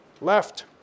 left